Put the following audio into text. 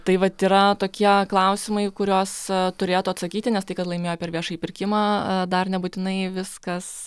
tai vat yra tokie klausimai kuriuos turėtų atsakyti nes tai kad laimėjo per viešąjį pirkimą dar nebūtinai viskas